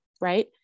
Right